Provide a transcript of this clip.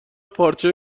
پارچه